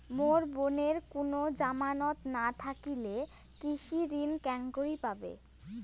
মোর বোনের কুনো জামানত না থাকিলে কৃষি ঋণ কেঙকরি পাবে?